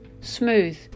Smooth